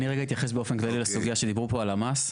אני אתייחס באופן כללי לסוגיה שדיברו פה על המס.